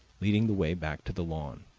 leading the way back to the lawn,